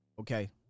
Okay